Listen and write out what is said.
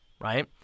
right